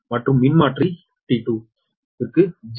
மற்றும் மின்மாற்றி T2 க்கு j0